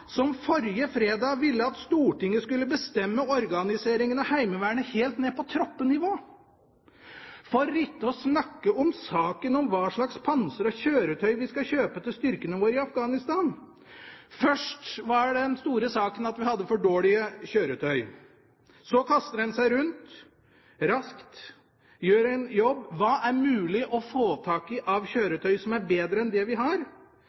som forrige fredag ville at Stortinget skulle bestemme organiseringen av Heimevernet helt ned på troppenivå, for ikke å snakke om saken om hva slags pansrede kjøretøy vi skal kjøpe til styrkene våre i Afghanistan. Først var den store saken at vi hadde for dårlige kjøretøy, så kaster en seg raskt rundt og gjør en jobb med hensyn til hva det er mulig å få tak i av kjøretøy som er bedre enn dem vi har.